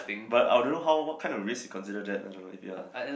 but I don't know how what kind of risk you consider that I don't know if you are